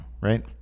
right